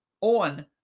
on